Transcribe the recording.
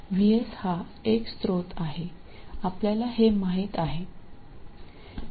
VS हा एक स्रोत आहे आपल्याला हे माहित आहे